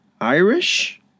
Irish